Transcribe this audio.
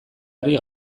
ari